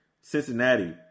Cincinnati